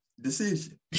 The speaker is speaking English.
decision